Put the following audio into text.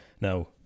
now